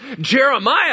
Jeremiah